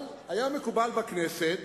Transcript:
אבל היה מקובל בכנסת,